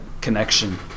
connection